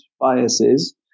biases